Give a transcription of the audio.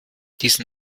diesen